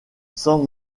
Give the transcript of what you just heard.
sans